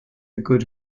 good